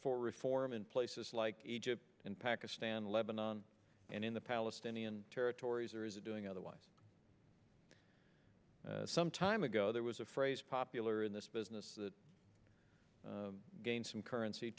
for reform in places like egypt and pakistan lebanon and in the palestinian territories or is it doing otherwise some time ago there was a phrase popular in this business that gained some currency